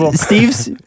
Steve's